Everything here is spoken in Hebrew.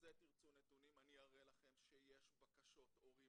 תרצו נתונים, אני אראה לכם שיש בקשות הורים